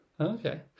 Okay